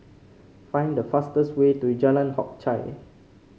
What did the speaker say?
find the fastest way to Jalan Hock Chye